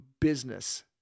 business